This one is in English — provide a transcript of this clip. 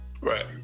right